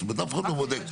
תפתח בגוגל ותראה דברים.